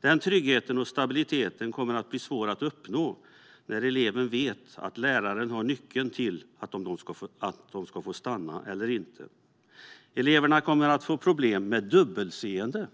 Den tryggheten och stabiliteten kommer att bli svår att uppnå när eleven vet att läraren har nyckeln till om man ska få stanna eller inte. Eleverna kommer att få problem med dubbelseende. När